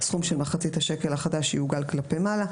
סכום של מחצית השקל החדש יעוגל כלפי מעלה.